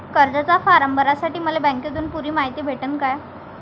कर्जाचा फारम भरासाठी मले बँकेतून पुरी मायती भेटन का?